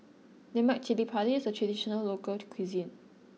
Lemak Cili Padi is a traditional local cuisine